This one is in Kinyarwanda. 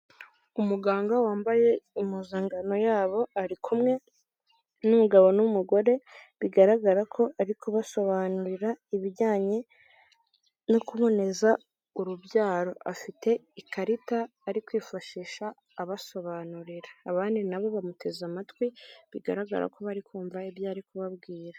Umuganga wambaye impuzankano yabo ari kumwe n'umugabo n'umugore bigaragara ko ari kubasobanurira ibijyanye no kuboneza urubyaro, afite ikarita ari kwifashisha abasobanurira abandi nabo bamuteze amatwi bigaragara ko bari kumva ibyo ari kubabwira.